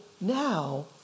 now